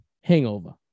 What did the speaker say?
hangover